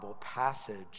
passage